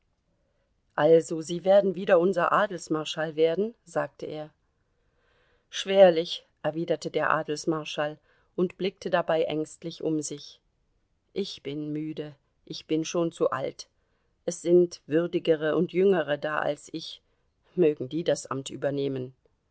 also sie werden wieder unser adelsmarschall werden sagte er schwerlich erwiderte der adelsmarschall und blickte dabei ängstlich um sich ich bin müde ich bin schon zu alt es sind würdigere und jüngere da als ich mögen die das amt übernehmen